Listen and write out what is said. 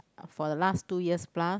for the last two years plus